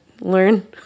learn